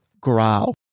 growl